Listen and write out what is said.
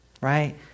Right